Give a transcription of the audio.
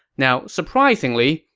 now, surprisingly,